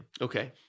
okay